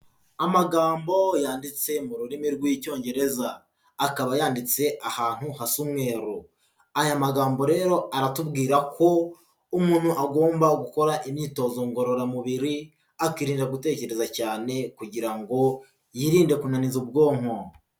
Amagambo yanditse mu rurimi rw'icyongereza. Akaba yanditse ahantu hasa umweru. Aya magambo rero aratubwira ko umuntu agomba gukora imyitozo ngororamubiri, akirinda gutekereza cyane kugira ngo yirinde kunaniza ubwonko.